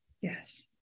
yes